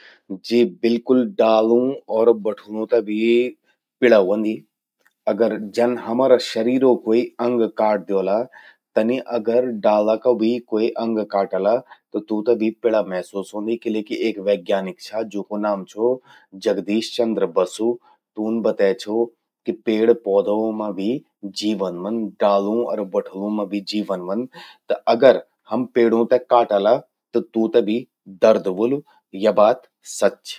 जी बिल्कुल...डालूं अर बठलूं ते भी पिड़ा व्हंदि। अगर जन हमरा शरीरो कोई अंग काट द्योला, तनि अगर डाला का भी क्वे अंग काटला, त तूंते भी पिड़ा महसूस व्हंदि। किले कि एक वैज्ञानिक छा, जूंकू नाम छो जगदीश चंद्र बसु। तून बतै छो कि पेड़ पौधों मां भी जीवन व्हंद। डालूं अर बठुलूं मां भी जीवन व्हंद। त अगर हम पेड़ों ते काटला, त तूंते भी दर्द व्होलु। या बात सच चि।